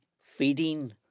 feeding